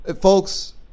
folks